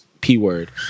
P-word